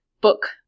book